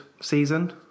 season